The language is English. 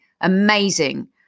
amazing